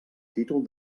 títol